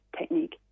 technique